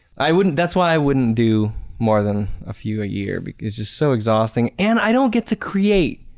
i wouldn't that's why i wouldn't do more than a few a year because it's just so exhausting and i don't get to create.